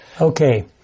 Okay